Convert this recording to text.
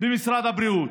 במשרד הבריאות.